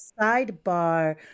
sidebar